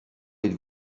êtes